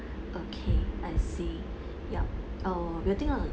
okay I see yup uh we'll think on